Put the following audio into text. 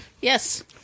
Yes